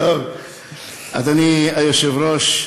אדוני היושב-ראש,